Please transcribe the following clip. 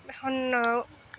এখন